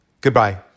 Goodbye